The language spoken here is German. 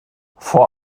vor